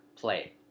play